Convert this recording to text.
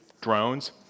drones